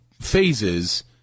phases